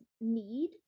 need